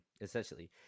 essentially